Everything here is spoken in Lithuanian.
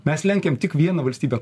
mes lenkiam tik vieną valstybę